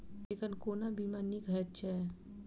एखन कोना बीमा नीक हएत छै?